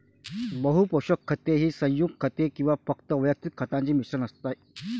बहु पोषक खते ही संयुग खते किंवा फक्त वैयक्तिक खतांचे मिश्रण असते